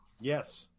Yes